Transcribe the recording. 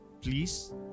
please